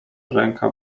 ręka